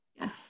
Yes